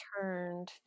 turned